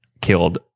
killed